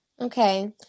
okay